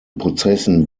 prozessen